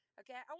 okay